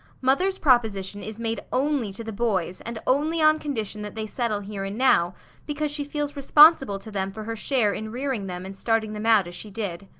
mother's proposition is made only to the boys, and only on condition that they settle here and now because she feels responsible to them for her share in rearing them and starting them out as she did.